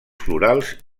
florals